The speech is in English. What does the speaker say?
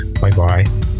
Bye-bye